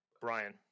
brian